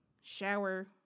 shower